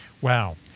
Wow